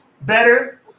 better